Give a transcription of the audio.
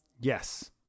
Yes